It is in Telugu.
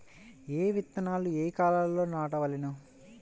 ఏ విత్తనాలు ఏ కాలాలలో నాటవలెను?